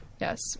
Yes